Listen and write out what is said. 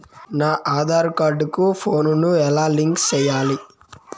నా ఆధార్ కార్డు కు ఫోను ను ఎలా లింకు సేసుకోవాలి?